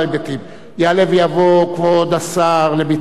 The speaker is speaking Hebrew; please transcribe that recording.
יעלה ויבוא כבוד השר לביטחון פנים,